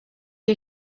due